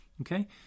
okay